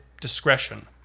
discretion